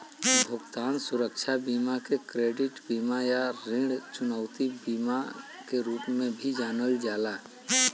भुगतान सुरक्षा बीमा के क्रेडिट बीमा या ऋण चुकौती बीमा के रूप में भी जानल जाला